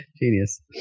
Genius